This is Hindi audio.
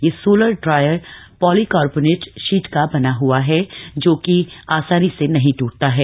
यह सोलर ड्रायर पॉलीकार्बोनेट शीट का बना होता है जो की आसानी से नही ट्रटता है